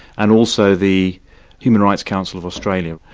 and also the human rights council of australia,